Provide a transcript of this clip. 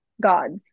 gods